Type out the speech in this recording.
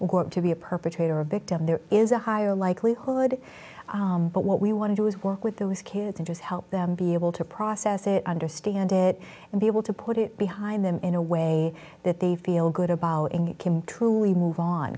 or to be a perpetrator or a victim there is a higher likelihood but what we want to do is work with those kids and has helped them be able to process it understand it and be able to put it behind them in a way that they feel good about and can truly move on